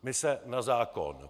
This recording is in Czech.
My se na zákon...